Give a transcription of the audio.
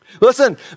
Listen